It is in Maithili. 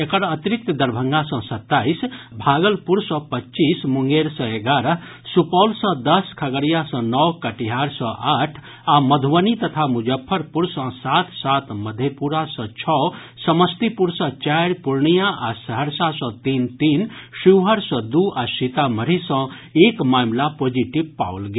एकर अतिरिक्त दरभंगा सँ सत्ताईस भागलपुर सँ पच्चीस मुंगेर सँ एगारह सुपौल सँ दस खगड़िया सँ नओ कटिहार सँ आठ आ मधुबनी तथा मुजफ्फरपुर सँ सात सात मधेपुरा सँ छओ समस्तीपुर सँ चारि पूर्णिया आ सहरसा सँ तीन तीन शिवहर सँ दू आ सीतामढ़ी सँ एक मामिला पॉजिटिव पाओल गेल